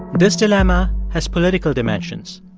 this dilemma has political dimensions.